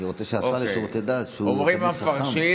אני רוצה שהשר לשירותי דת, שהוא תלמיד חכם,